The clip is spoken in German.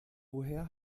woher